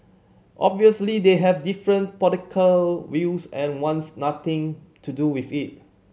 obviously they have different political views and wants nothing to do with it